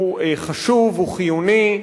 הוא חשוב, הוא חיוני.